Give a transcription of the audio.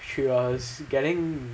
she was getting